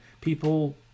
people